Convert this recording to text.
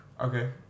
Okay